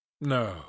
No